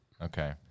Okay